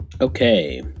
Okay